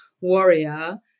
warrior